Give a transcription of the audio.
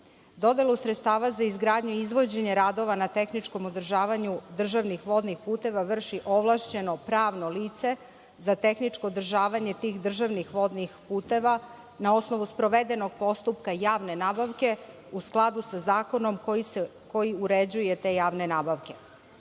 Dodelu sredstava za izgradnju i izvođenje radova na tehničkom održavanju državnih vodnih puteva vrši ovlašćeno pravno lice za tehničko održavanje tih državnih vodnih puteva na osnovu sprovedenog postupka javne nabavke, u skladu sa zakonom koji uređuje te javne nabavke“.